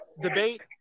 debate